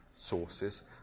sources